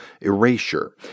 Erasure